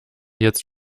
jetzt